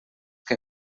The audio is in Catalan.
que